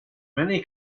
many